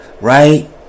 Right